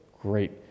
great